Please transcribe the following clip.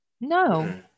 No